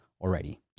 already